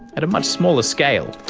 at a much smaller scale.